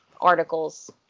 articles